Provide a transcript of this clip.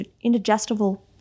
indigestible